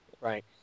Right